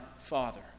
father